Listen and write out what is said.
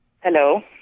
Hello